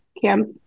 Camp